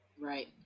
Right